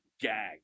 gag